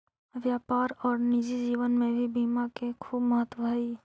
व्यापार और निजी जीवन में भी बीमा के खूब महत्व हई